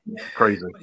Crazy